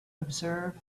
observe